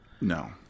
No